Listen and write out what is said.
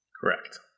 Correct